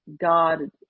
God